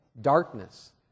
darkness